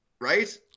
right